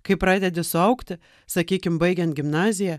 kai pradedi suaugti sakykim baigiant gimnaziją